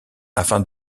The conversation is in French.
afin